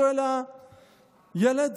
שואל הילד.